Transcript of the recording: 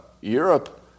Europe